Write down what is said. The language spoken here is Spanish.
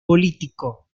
político